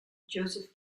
joseph